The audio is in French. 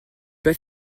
pas